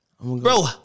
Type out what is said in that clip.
Bro